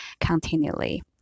continually